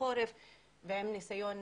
קורבנות לאותה תופעה מדאיגה אם לא נשתף